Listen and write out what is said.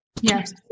Yes